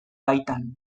baitan